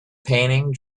painting